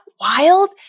wild